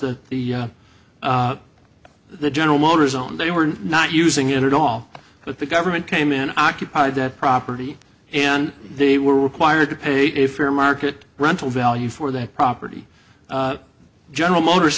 that the the general motors own they were not using it at all but the government came in occupied that property and they were required to pay a fair market rental value for that property general motors